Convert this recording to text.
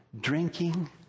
drinking